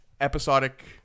episodic